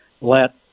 let